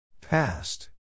Past